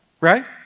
right